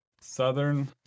southern